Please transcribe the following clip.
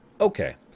Okay